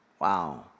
wow